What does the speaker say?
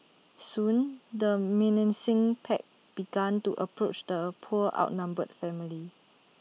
soon the menacing pack began to approach the poor outnumbered family